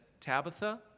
Tabitha